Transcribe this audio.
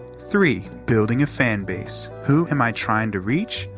three. building a fan base who am i trying to reach?